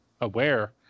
aware